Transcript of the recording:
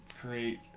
create